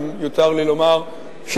אם יותר לי לומר,